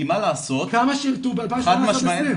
כמה שירתו ב-2018 עד 2020?